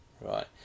right